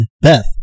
Beth